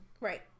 Right